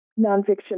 nonfiction